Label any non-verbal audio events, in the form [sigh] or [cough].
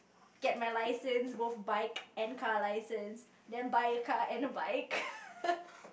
get my license both bike and car license then buy a car and a bike [laughs]